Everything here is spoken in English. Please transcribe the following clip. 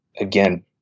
again